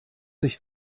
sich